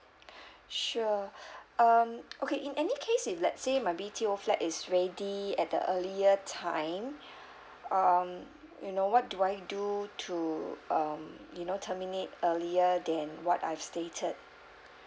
sure um okay in any case if let's say my B_T_O flat is ready at the earlier time um you know what do I do to um you know terminate earlier than what I've stated